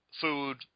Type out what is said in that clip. food